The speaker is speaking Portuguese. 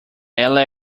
ela